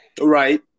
Right